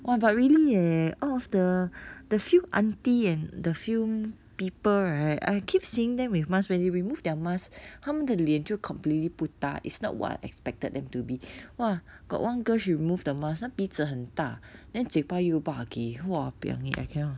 !wah! but really leh all of the the few auntie and the few people right I keep seeing them with mask when they remove their mask 他们的脸就 completely 不搭 it's not what I expected them to be !wah! got one girl she remove the mask 她鼻子很大 then 嘴巴又 ba geh wahpiang eh I cannot